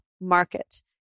market